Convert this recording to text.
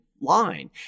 line